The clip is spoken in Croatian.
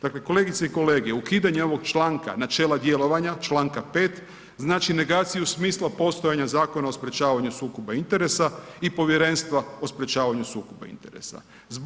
Dakle, kolegice i kolege, ukidanje ovog članka načela djelovanja, čl. 5. znači negaciju smisla postojanja Zakona o sprječavanju sukoba interesa i povjerenstva o sprječavanju sukoba interesa.